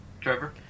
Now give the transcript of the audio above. Trevor